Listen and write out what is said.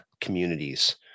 communities